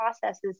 processes